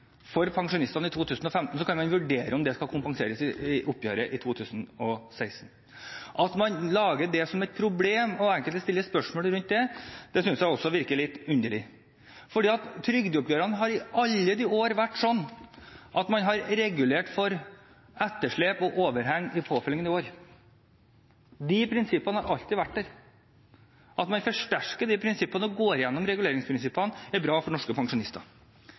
for pensjonistene i 2015, så kan man vurdere om det skal kompenseres i oppgjøret i 2016. At man gjør det til et problem og enkelte stiller spørsmål rundt det, synes jeg også virker litt underlig. For trygdeoppgjørene har i alle år vært sånn at man har regulert for etterslep og overheng i påfølgende år. De prinsippene har alltid vært der. At man forsterker de prinsippene og går igjennom reguleringsprinsippene, er bra for norske pensjonister.